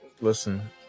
Listen